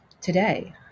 today